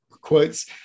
quotes